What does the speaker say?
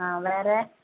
ஆ வேறு